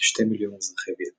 בהם כ-2 מיליון מאזרחי וייטנאם,